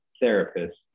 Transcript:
therapist